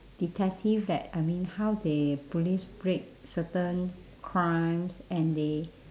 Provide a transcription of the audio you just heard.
detective that I mean how they police break certain crimes and they